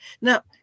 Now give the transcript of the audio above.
Now